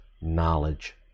knowledge